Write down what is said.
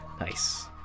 Nice